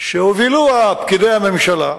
שהובילוה פקידי הממשלה,